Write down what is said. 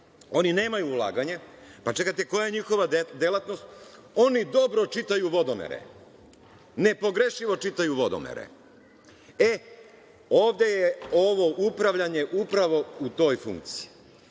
oni nemaju ulaganje. Čekajte, koja je njihova delatnost? Oni dobro očitaju vodomere, nepogrešivo čitaju vodomere.E, ovde je ovo upravljanje upravo u toj funkciji.